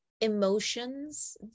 emotions